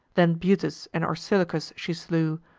then butes and orsilochus she slew,